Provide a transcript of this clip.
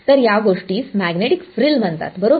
तर या गोष्टीस मॅग्नेटिक फ्रिल म्हणतात बरोबर